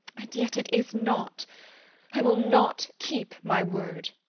and yet it is not i will not keep my word.